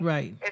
Right